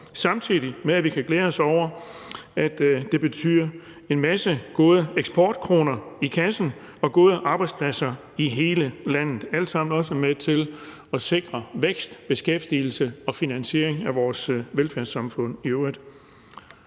samtidig med at vi kan glæde os over, at det betyder en masse gode eksportkroner i kassen og gode arbejdspladser i hele landet. Det er alt sammen med til at sikre vækst, beskæftigelse og finansiering af vores velfærdssamfund i øvrigt.